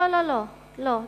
לא, לא, לא, לא.